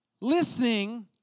listening